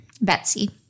Betsy